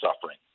suffering